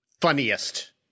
funniest